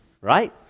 right